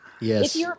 Yes